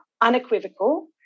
unequivocal